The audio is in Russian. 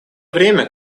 время